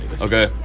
Okay